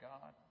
God